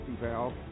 valve